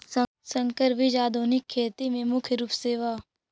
संकर बीज आधुनिक खेती में मुख्य रूप से बा